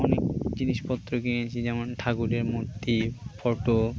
অনেক জিনিসপত্র কিনেছি যেমন ঠাকুরের মূর্তি ফটো